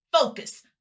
Focus